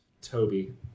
Toby